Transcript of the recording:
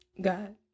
God